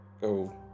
Go